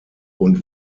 und